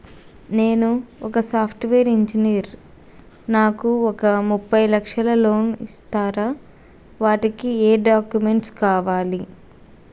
నేను ఒక software engineer నాకు ఒక ముప్పై లక్షల లోన్ ఇస్తరా? వాటికి ఏం డాక్యుమెంట్స్ కావాలి?